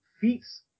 feats